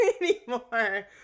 anymore